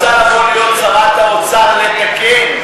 יושבת-ראש המפלגה שלך רוצה להיות שרת האוצר, לתקן,